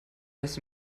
das